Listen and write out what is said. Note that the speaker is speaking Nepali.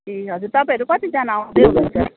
ए हजुर तपाईँहरू कतिजना आउँदै हुनुहुन्छ